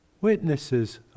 Witnesses